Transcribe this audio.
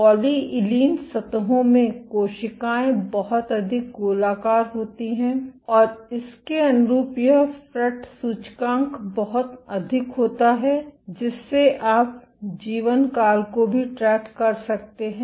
पॉलीइलीन सतहों में कोशिकाएं बहुत अधिक गोलाकार होती हैं और इसके अनुरूप यह फ्रेट सूचकांक बहुत अधिक होता है जिससे आप जीवनकाल को भी ट्रैक कर सकते हैं